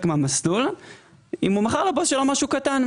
מהמסלול אם הוא מכר לבוס שלו משהו קטן,